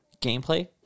gameplay